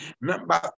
number